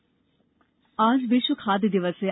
खाद्य दिवस आज विश्व खाद्य दिवस है